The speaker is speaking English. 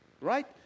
right